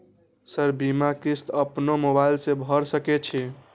Sir बीमा किस्त अपनो मोबाईल से भर सके छी?